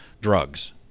drugs